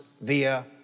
via